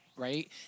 right